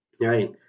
right